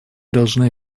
должны